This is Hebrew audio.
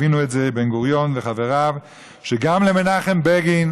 הבינו בן-גוריון וחבריו שגם למנחם בגין